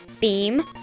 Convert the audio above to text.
Beam